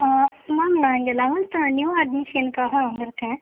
ma'am நான் இங்கே eleventh new அட்மிஷனுக்காக வந்துருக்கேன்